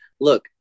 look